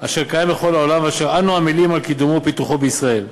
אשר קיים בכל העולם ואשר אנו עמלים על קידומו ופיתוחו בישראל.